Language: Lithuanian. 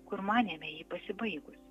kur manėme jį pasibaigus